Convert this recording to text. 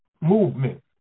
movement